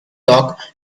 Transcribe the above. dock